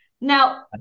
Now-